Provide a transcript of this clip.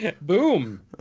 Boom